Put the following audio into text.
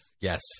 Yes